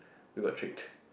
we got tricked